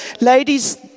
ladies